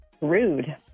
rude